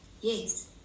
yes